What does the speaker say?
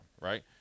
right